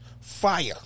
fire